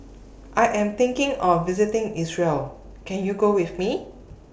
I Am thinking of visiting Israel Can YOU Go with Me